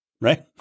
Right